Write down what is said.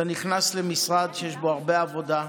אתה נכנס למשרד שיש בו הרבה עבודה.